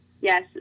Yes